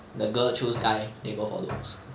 the girl choose guy they go for looks